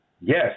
Yes